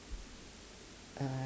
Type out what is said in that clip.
uh